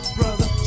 brother